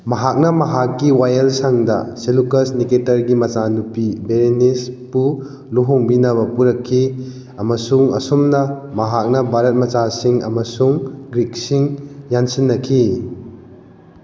ꯃꯍꯥꯛꯅ ꯃꯍꯥꯛꯀꯤ ꯋꯥꯌꯦꯜꯁꯪꯗ ꯁꯦꯂꯨꯀꯁ ꯅꯤꯀꯦꯇꯔꯒꯤ ꯃꯆꯥꯅꯨꯄꯤ ꯕꯦꯔꯦꯅꯤꯁꯄꯨ ꯂꯨꯍꯣꯡꯕꯤꯅꯕ ꯄꯨꯔꯛꯈꯤ ꯑꯃꯁꯨꯡ ꯑꯁꯨꯝꯅ ꯃꯍꯥꯛꯅ ꯚꯥꯔꯠ ꯃꯆꯥꯁꯤꯡ ꯑꯃꯁꯨꯡ ꯒ꯭ꯔꯤꯛꯁꯤꯡ ꯌꯥꯟꯁꯤꯟꯅꯈꯤ